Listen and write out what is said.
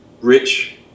rich